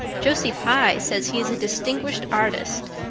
josie pye says he is a distinguished artist,